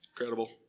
incredible